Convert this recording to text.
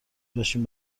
باشین